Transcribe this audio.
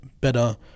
better